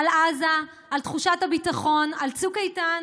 על עזה, על תחושת הביטחון, על צוק איתן.